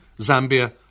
Zambia